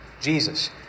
Jesus